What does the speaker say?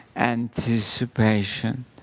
anticipation